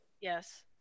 Yes